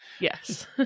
yes